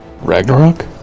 Ragnarok